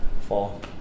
Fall